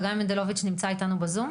נמצא איתנו בזום,